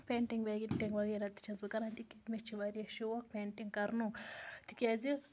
painting وینٛٹِنٛگ وغیرہ تہِ چھَس بہٕ کَران تِکیٛازِ مےٚ چھِ واریاہ شوق پینٛٹِنٛگ کَرنُک تِکیٛازِ